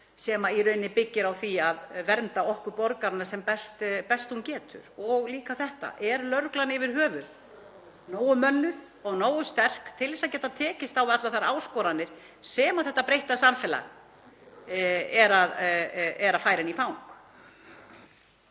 sem í rauninni byggir á því að vernda okkur borgarana sem best hún getur? Og líka þetta: Er lögreglan yfir höfuð nógu vel mönnuð og nógu sterk til að geta tekist á við allar þær áskoranir sem þetta breytta samfélag er að færa henni í fang?